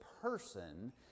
person